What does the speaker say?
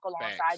alongside